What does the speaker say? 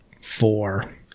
four